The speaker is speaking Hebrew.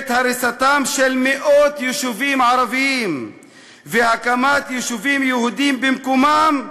את הריסתם של מאות יישובים ערביים והקמת יישובים יהודיים במקומם,